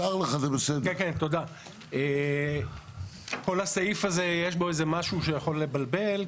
כל הסעיף הזה יש בו משהו שיכול לבלבל,